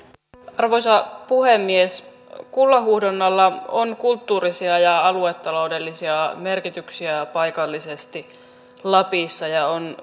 arvoisa puhemies kullanhuuhdonnalla on kulttuurisia ja aluetaloudellisia merkityksiä paikallisesti lapissa ja on